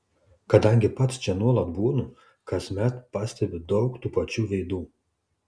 kadangi pats čia nuolat būnu kasmet pastebiu daug tų pačių veidų